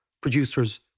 producers